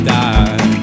die